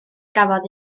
gafodd